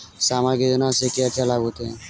सामाजिक योजना से क्या क्या लाभ होते हैं?